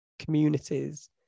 communities